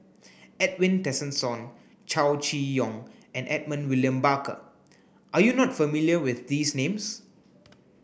Edwin Tessensohn Chow Chee Yong and Edmund William Barker are you not familiar with these names